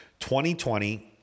2020